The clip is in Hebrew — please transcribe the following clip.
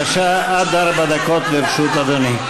עד ארבע דקות לרשות אדוני.